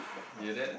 your dad leh